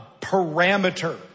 parameter